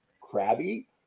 crabby